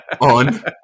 on